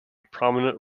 prominent